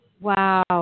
Wow